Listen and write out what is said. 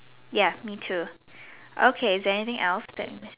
ya me too okay is there anything else